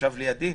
שישב לידי.